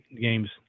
games